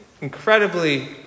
incredibly